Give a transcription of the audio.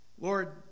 Lord